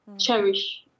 cherish